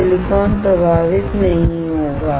silicon प्रभावित नहीं होगा